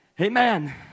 Amen